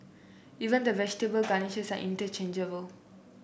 even the vegetable garnishes are interchangeable